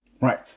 Right